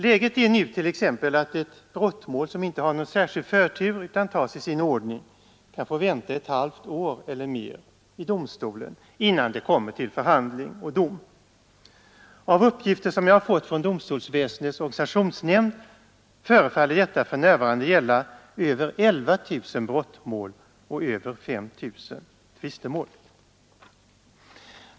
Läget är nu t.ex. att ett brottmål som inte har någon särskild förtur utan tas i sin ordning kan få vänta ett halvt år eller mer i domstol, innan det kommer till förhandling och dom. Av uppgifter som ndets organisationsnämnd förefaller detta för jag fått från domstols närvarande gälla över 11 000 brottmål och över 5 000 tvistemål.